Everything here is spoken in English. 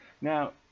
Now